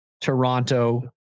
Toronto